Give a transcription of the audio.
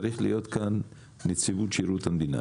צריכים להיות כאן נציבות שירות המדינה.